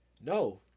No